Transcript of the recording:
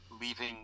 leaving